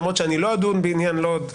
למרות שאני לא אדון בעניין לוד,